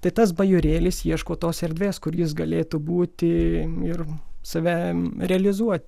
tai tas bajorėlis ieško tos erdvės kur jis galėtų būti ir save realizuoti